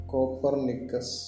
Copernicus